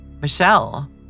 Michelle